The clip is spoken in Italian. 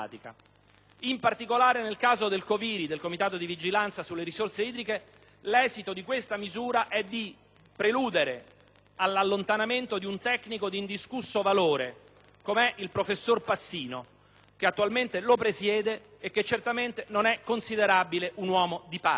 In particolare, nel caso del COVIRI, l'esito di questa misura è di preludere all'allontanamento di un tecnico di indiscusso valore come il professor Passino, che attualmente lo presiede e che certamente non è considerabile un uomo di parte.